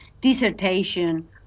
dissertation